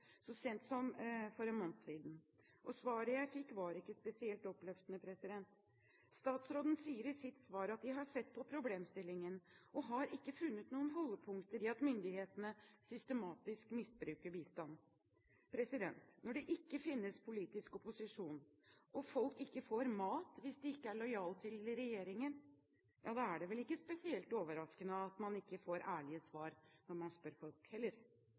så sent som for en måned siden. Svaret jeg fikk, var ikke spesielt oppløftende. Statsråden sier i sitt svar at de har sett på problemstillingen og ikke har funnet noen holdepunkter for at myndighetene systematisk misbruker bistand. Når det ikke finnes politisk opposisjon, og folk ikke får mat hvis de ikke er lojale mot regjeringen, er det vel ikke spesielt overraskende at man ikke får ærlige svar når man spør